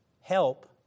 Help